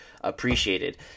appreciated